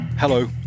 Hello